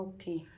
Okay